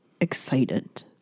excited